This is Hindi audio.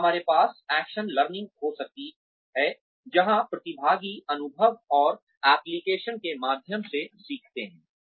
और हमारे पास एक्शन लर्निंग हो सकती है जहां प्रतिभागी अनुभव और एप्लिकेशन के माध्यम से सीखते हैं